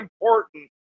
important